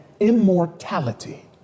Immortality